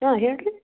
ಹಾಂ ಹೇಳಿ ರೀ